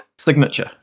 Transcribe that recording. Signature